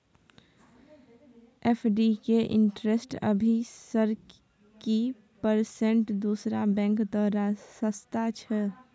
FD के interest अभी सर की परसेंट दूसरा बैंक त सस्ता छः?